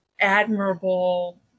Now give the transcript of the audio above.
admirable